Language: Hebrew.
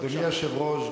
אדוני היושב-ראש,